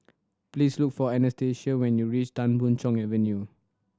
please look for Anastasia when you reach Tan Boon Chong Avenue